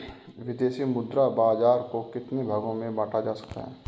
विदेशी मुद्रा बाजार को कितने भागों में बांटा जा सकता है?